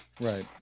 right